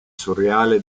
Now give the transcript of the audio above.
surreale